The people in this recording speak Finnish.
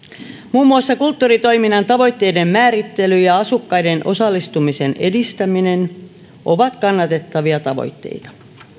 muun muassa kulttuuritoiminnan tavoitteiden määrittely ja asukkaiden osallistumisen edistäminen ovat kannatettavia tavoitteita